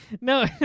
No